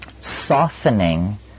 softening